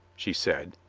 she said,